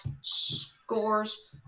scores